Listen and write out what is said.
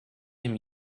him